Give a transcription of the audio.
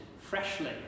freshly